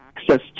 Access